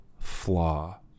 flaw